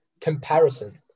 comparison